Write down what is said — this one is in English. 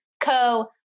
co